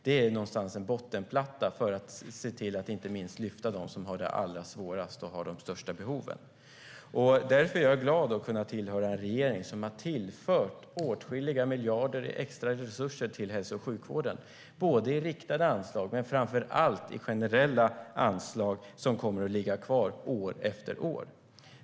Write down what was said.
Det är en bottenplatta för att lyfta upp inte minst de som har de allra svårast och har de största behoven. Därför är jag glad att tillhöra en regering som har tillfört åtskilliga miljarder i extra resurser till hälso och sjukvården, både i riktade anslag och, framför allt, i generella anslag som kommer att ligga kvar år efter år.